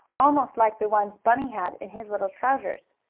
almost like the ones bunny had in his little trousers.